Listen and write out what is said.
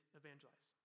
evangelize